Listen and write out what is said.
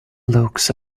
looks